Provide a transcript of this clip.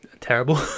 terrible